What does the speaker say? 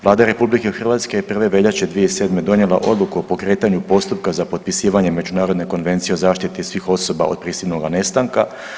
Vlada RH je 1. veljače 2007. donijela odluku o pokretanju postupka za potpisivanje Međunarodne konvencije o zaštiti svih osoba od prisilnoga nestanka.